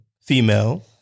female